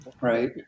right